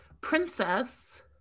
princess